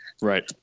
Right